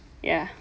ya